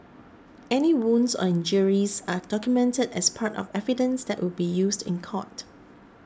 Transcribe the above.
any wounds on injuries are documented as part of evidence that will be used in court